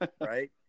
Right